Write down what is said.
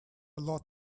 lot